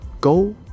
Go